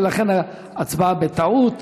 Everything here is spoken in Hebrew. ולכן ההצבעה בטעות.